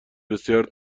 بسیار